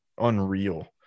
unreal